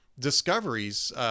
Discoveries